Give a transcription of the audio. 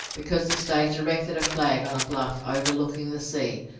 because the state erected a flag on a bluff overlooking the sea,